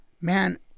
man